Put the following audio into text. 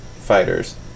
fighters